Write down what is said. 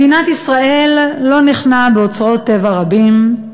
מדינת ישראל לא ניחנה באוצרות טבע רבים,